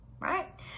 right